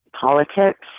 politics